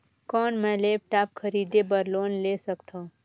कौन मैं लेपटॉप खरीदे बर लोन ले सकथव?